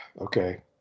okay